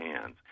hands